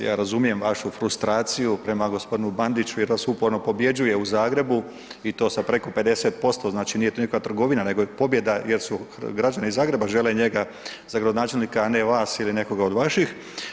g. Maras, ja razumijem vašu frustraciju prema g. Bandiću jer vas uporno pobjeđuje u Zagrebu i to sa preko 50%, znači, nije to nikakva trgovina, nego je pobjeda jer su, građani Zagreba žele njega za gradonačelnika, a ne vas ili nekoga od vaših.